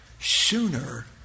sooner